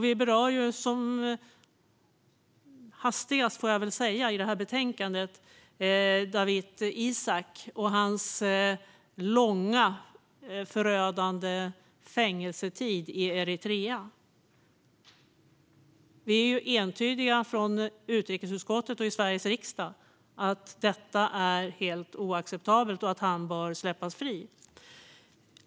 Vi berör i betänkandet som hastigast Dawit Isaak och hans långa förödande fängelsetid i Eritrea. Vi är entydiga från utrikesutskottet och i Sveriges riksdag om att detta är helt oacceptabelt och att han bör släppas fri.